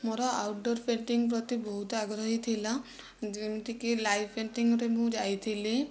ମୋର outdoor painting ପ୍ରତି ବହୁତ ଆଗ୍ରହି ଥିଲା ଯେମିତିକି ଲାଇଭ୍ ପେଣ୍ଟିଙ୍ଗ୍ରେ ମୁଁ ଯାଇଥିଲି